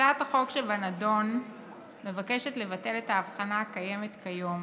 הצעת החוק שבנדון מבקשת לבטל את ההבחנה הקיימת כיום